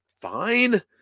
fine